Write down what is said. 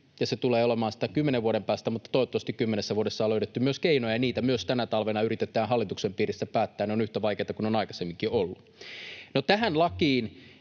ja se tulee olemaan sitä kymmenen vuoden päästä, mutta toivottavasti kymmenessä vuodessa on löydetty myös keinoja, ja niitä myös tänä talvena yritetään hallituksen piirissä päättää. Ne ovat yhtä vaikeita kuin ovat aikaisemminkin olleet. Tähän lakiin: